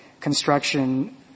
construction